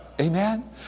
Amen